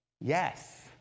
Yes